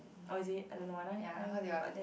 oh is it I don't know I don't really know about that